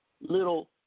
little